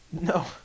No